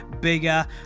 bigger